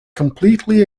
completely